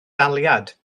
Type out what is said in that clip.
daliad